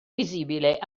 visibile